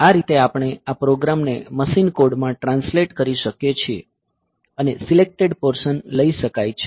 આ રીતે આપણે આ પ્રોગ્રામ ને મશીન કોડ માં ટ્રાન્સલેટે કરી શકીએ છીએ અને સિલેકટેડ પોર્શન લઈ શકાય છે